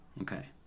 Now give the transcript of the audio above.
okay